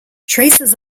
traces